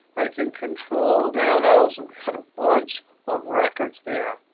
i can control, down arrow. so we've got a bunch of records there.